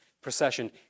procession